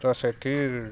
ତ ସେଠି